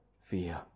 fear